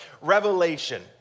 Revelation